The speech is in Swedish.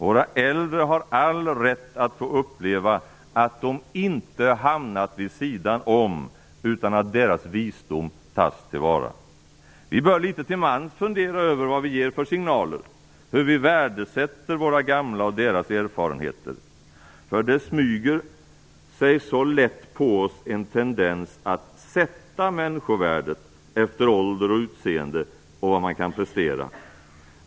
Våra äldre har all rätt att få uppleva att de inte hamnat vid sidan om, utan att deras visdom tas till vara. Vi bör litet till mans fundera över vad vi ger för signaler och hur vi värdesätter våra gamla och deras erfarenheter. Det smyger sig så lätt på oss en tendens att sätta människovärdet efter ålder och utseende och efter vad man kan prestera.